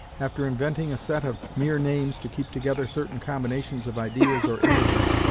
after inventing a set of mere names to keep together certain combinations of ideas or images,